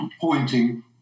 pointing